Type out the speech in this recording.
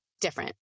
different